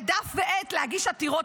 ודף ועט להגיש עתירות